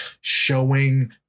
showing